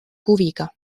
huviga